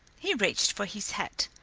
he reached for his hat.